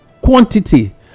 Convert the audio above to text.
quantity